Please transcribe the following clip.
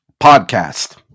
podcast